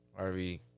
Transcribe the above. RV